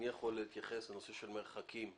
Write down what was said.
מי יכול להתייחס לנושא של מרחקים,